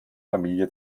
familie